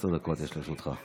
15 דקות יש לרשותך.